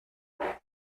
what